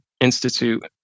institute